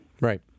Right